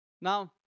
Now